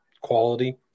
quality